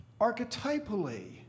archetypally